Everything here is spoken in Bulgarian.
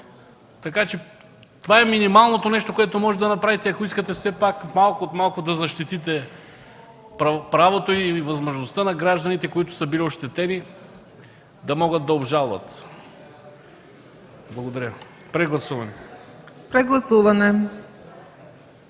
така че това е минималното нещо, което може да направите, ако искате все пак малко от малко да защитите правото и възможността на гражданите, които са били ощетени, да могат да обжалват. Прегласуване.